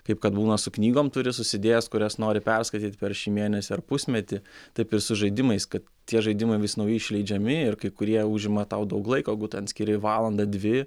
kaip kad būna su knygom turi susidėjęs kurias nori perskaityti per šį mėnesį ar pusmetį taip ir su žaidimais kad tie žaidimai vis nauji išleidžiami ir kai kurie užima tau daug laiko jeigu ten skiri valandą dvi